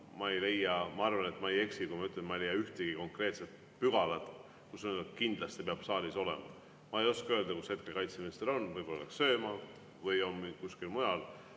ma ütlen, et ma ei leia ühtegi konkreetset pügalat, kus on öeldud, et kindlasti peab saalis olema. Ma ei oska öelda, kus hetkel kaitseminister on. Võib-olla läks sööma või on kuskil mujal,